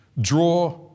draw